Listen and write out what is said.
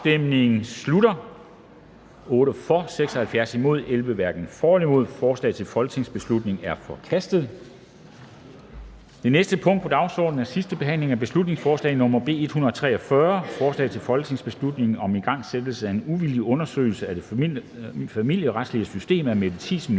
stemte 11 (KF, NB og Simon Emil Ammitzbøll-Bille (UFG)). Forslaget til folketingsbeslutning er forkastet. --- Det næste punkt på dagsordenen er: 24) 2. (sidste) behandling af beslutningsforslag nr. B 143: Forslag til folketingsbeslutning om igangsættelse af en uvildig undersøgelse af det familieretlige system. Af Mette Thiesen